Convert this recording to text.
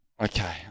Okay